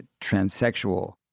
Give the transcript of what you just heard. transsexual